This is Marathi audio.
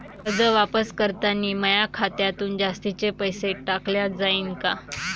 कर्ज वापस करतांनी माया खात्यातून जास्तीचे पैसे काटल्या जाईन का?